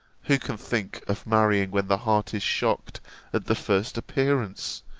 who can think of marrying when the heart is shocked at the first appearance,